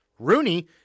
Rooney